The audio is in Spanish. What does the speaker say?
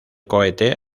cohete